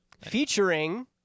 featuring